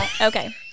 okay